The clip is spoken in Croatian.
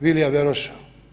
Vilija Beroša.